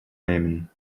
nehmen